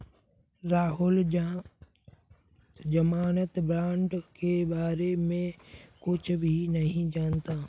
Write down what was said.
राहुल ज़मानत बॉण्ड के बारे में कुछ भी नहीं जानता है